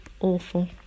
awful